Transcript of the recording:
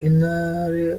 intare